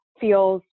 feels